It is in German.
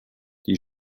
die